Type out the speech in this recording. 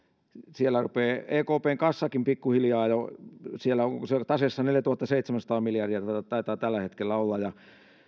siellä rupeaa ekpn kassakin pikkuhiljaa jo onko siellä taseessa neljätuhattaseitsemänsataa miljardia taitaa tällä hetkellä olla ja